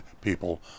people